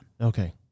Okay